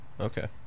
Okay